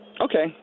Okay